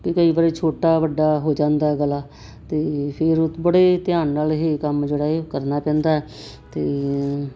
ਅਤੇ ਕਈ ਵਾਰੀ ਛੋਟਾ ਵੱਡਾ ਹੋ ਜਾਂਦਾ ਗਲਾ ਅਤੇ ਫਿਰ ਬੜੇ ਧਿਆਨ ਨਾਲ ਇਹ ਕੰਮ ਜਿਹੜਾ ਇਹ ਕਰਨਾ ਪੈਂਦਾ ਅਤੇ